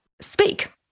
speak